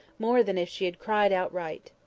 more than if she had cried outright.